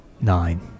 nine